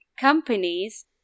companies